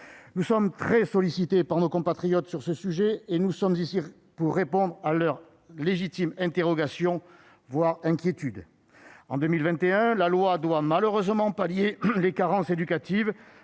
Nous sommes très sollicités par nos compatriotes sur ce sujet. Nous sommes ici pour répondre à leurs légitimes interrogations, voire inquiétudes. En 2021, la loi doit malheureusement pallier les carences éducatives,